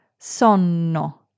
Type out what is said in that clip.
sonno